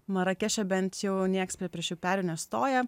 marakeše bent jau niekas prie priešiųjų perejų nestoja